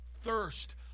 Thirst